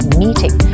meeting